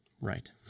Right